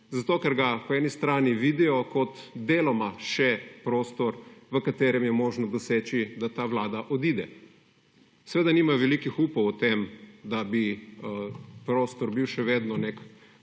Zato, ker ga po eni strani vidijo kot deloma še prostor, v katerem je možno doseči, da ta vlada odide. Seveda nimajo velikih upov o tem, da bi prostor bil še vedno nek